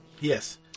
yes